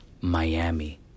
Miami